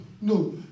no